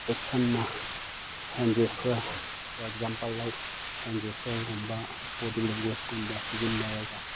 ꯑꯦꯛꯁꯟꯅ hand gesture for example like hand ꯖꯦꯁꯇꯔꯒꯨꯝꯕ body ꯂꯦꯡꯒꯣꯏꯁꯀꯨꯝꯕ ꯁꯤꯖꯤꯟꯅꯔꯒ